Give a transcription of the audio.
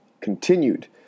continued